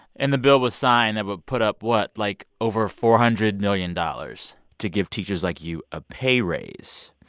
and the bill was signed that would put up what? like, over four hundred million dollars to give teachers like you a pay raise.